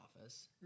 office